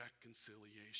reconciliation